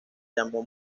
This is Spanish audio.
llamó